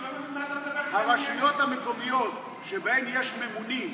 הרשויות המקומיות שבהן יש ממונים,